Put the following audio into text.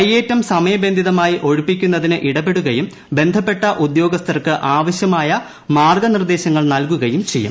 കൈയേറ്റം സമയബന്ധിതമായി ഒഴിപ്പിക്കുന്നതിന് ഇടപെടുകയും ബന്ധപ്പെട്ട ഉദ്യോഗസ്ഥർക്ക് ആവശ്യമായ മാർഗനിർദേശങ്ങൾ നൽകുകയും ചെയ്യും